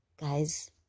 Guys